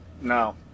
no